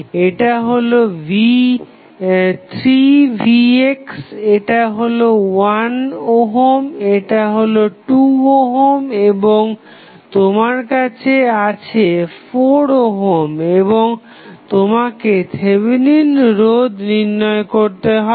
এটা হলো 3vx এটা হলো 1 ওহম এটা হলো 2 ওহম এবং তোমার আছে 4 ওহম এবং তোমাকে থেভেনিন রোধ নির্ণয় করতে হবে